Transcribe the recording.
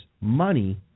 money